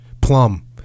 Plum